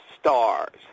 stars